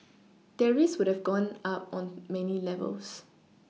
their risks would have gone up on many levels